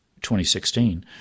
2016